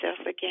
again